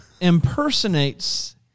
impersonates